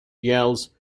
yells